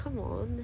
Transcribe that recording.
you are weak